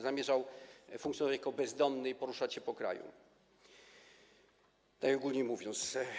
Zamierzał funkcjonować jako bezdomny i poruszać się po kraju, najogólniej mówiąc.